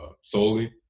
solely